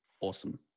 awesome